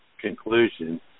conclusion